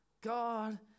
God